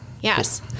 Yes